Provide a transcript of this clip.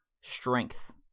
STRENGTH